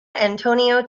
antonio